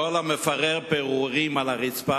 כל המפרר פירורים על הרצפה,